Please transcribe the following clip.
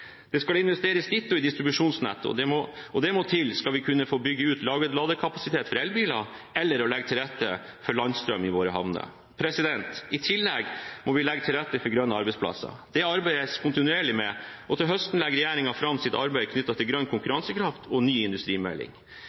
Det skal ditto investeres i distribusjonsnett, og det må til skal vi kunne få bygget ut ladekapasitet for elbiler eller legge til rette for landstrøm i våre havner. I tillegg må vi legge til rette for grønne arbeidsplasser. Det arbeides det kontinuerlig med, og til høsten legger regjeringen fram sitt arbeid knyttet til grønn konkurransekraft og ny industrimelding.